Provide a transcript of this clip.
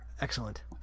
excellent